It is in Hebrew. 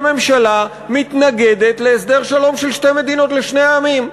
שהממשלה מתנגדת להסדר שלום של שתי מדינות לשני עמים.